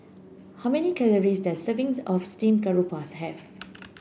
how many calories does a serving of Steamed Garoupa have